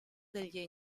degli